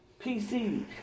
PC